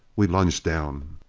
we lunged down.